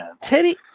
Teddy